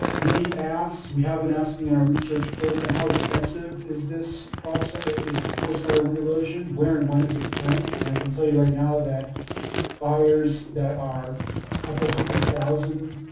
we asked, we have been asking in our research program, how extensive is this process is post fire wind erosion? where and when is it occurring? and i can tell you right now that fires that are a couple hundred thousand,